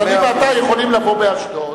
אז אני ואתה יכולים לבוא לאשדוד